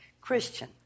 Christian